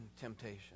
temptation